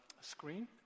screen